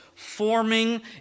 forming